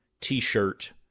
t-shirt